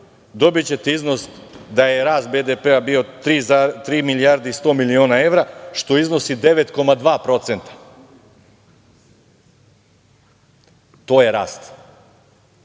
dobićete iznos da je rast BDP-a bio tri milijarde 100 miliona evra, što iznosi 9,2%. To je